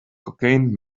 cocaine